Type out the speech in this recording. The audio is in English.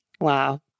Wow